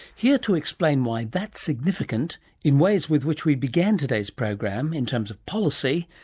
here to explain why that's significant in ways with which we began today's program, in terms of policy,